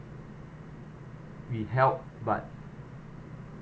we helped but